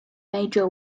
major